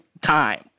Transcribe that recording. time